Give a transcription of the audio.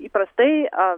įprastai a